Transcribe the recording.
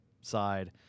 side